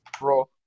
bro